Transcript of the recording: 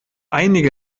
einige